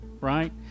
right